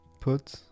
put